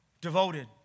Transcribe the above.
devoted